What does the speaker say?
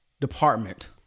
department